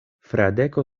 fradeko